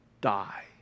die